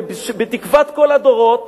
בתקוות כל הדורות,